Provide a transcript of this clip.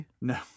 No